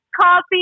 coffee